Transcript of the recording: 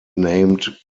named